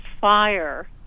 fire